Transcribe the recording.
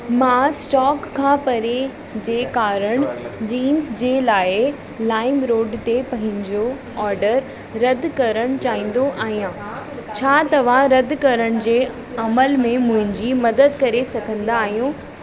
मां स्टॉक खां परे जे कारणु जींस जे लाइ लाइमरोड ते पंहिंजो ऑडर रदि करणु चाहींदो आहियां छा तव्हां रदि करण जे अमल में मुंहिंजी मदद करे सघंदा आहियो